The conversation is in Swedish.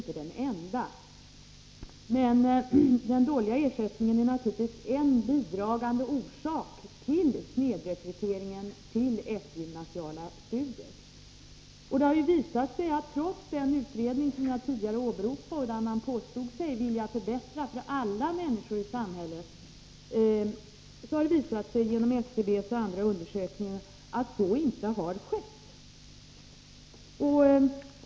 Den dåliga ersättningen är naturligtvis en bidragande orsak till snedrekryteringen till eftergymnasiala studier, även om detta inte är den enda orsaken. Trots den utredning som jag tidigare åberopade, där man påstod sig vilja förbättra för alla människor i samhället, har det genom SCB:s och andra undersökningar visat sig att så inte har skett.